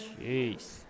Jeez